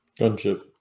gunship